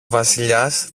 βασιλιάς